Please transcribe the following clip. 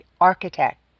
architect